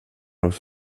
hos